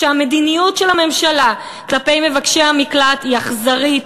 שהמדיניות של הממשלה כלפי מבקשי המקלט היא אכזרית,